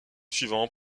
suivant